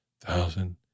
thousand